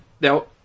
Now